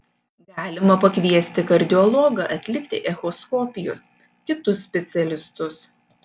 galima pakviesti kardiologą atlikti echoskopijos kitus specialistus